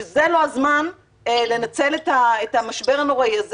שזה לא הזמן לנצל את המשבר הנוראי הזה